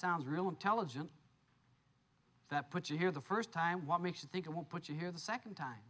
sounds really intelligent that put you here the first time what makes you think i won't put you here the second time